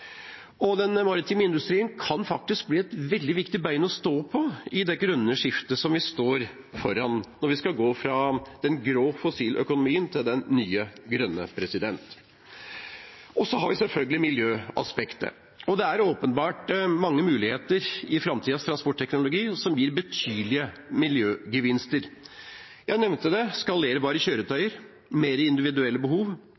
teknologi. Den maritime industrien kan faktisk bli et veldig viktig bein å stå på i det grønne skiftet som vi står foran, når vi skal gå fra den grå fossiløkonomien til den nye grønne. Vi har selvfølgelig også miljøaspektet. Det er åpenbart mange muligheter i framtidas transportteknologi som gir betydelige miljøgevinster. Jeg nevnte skalerbare kjøretøy og mer individuelle behov.